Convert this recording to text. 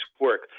work